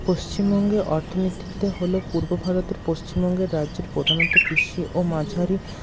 পশ্চিমবঙ্গে অর্থনীতিতে হলো পূর্ব ভারতের পশ্চিমবঙ্গের রাজ্যের প্রধানত কৃষি ও মাঝারি